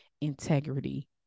integrity